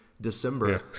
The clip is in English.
December